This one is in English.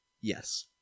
Yes